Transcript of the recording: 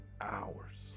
hours